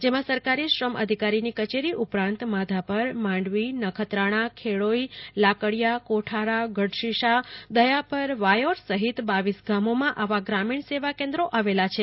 જેમાં સરકારી શ્રમઅધિકારી ની કચેરી ઉપરાંત માધાપર માંડવી નખત્રાણા ખેડોઈ લાકડીયા કોઠારા ગઢશીશા દયાપર વાયોર સહિત રર ગામોમાં આવા ગ્રામિણ સેવા કેન્દ્રો આવેલા છે